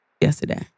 yesterday